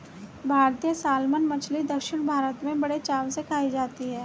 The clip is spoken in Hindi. भारतीय सालमन मछली दक्षिण भारत में बड़े चाव से खाई जाती है